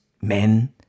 men